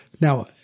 Now